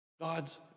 God's